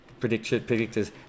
predictors